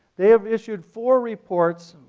they've issued four reports,